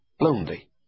Lonely